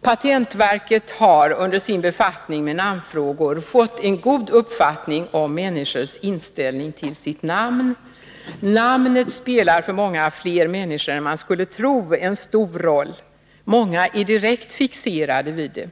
”Patentverket har under sin befattning med namnfrågor fått en god uppfattning om människors inställning till sitt namn. Namnet spelar för många fler människor än man skulle tro en stor roll, många är direkt fixerade vid det.